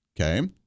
Okay